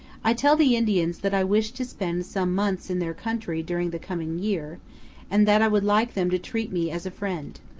i tell the indians that i wish to spend some months in their country during the coming year and that i would like them to treat me as a friend.